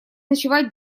ночевать